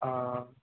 ஆ